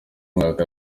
mwaka